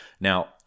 Now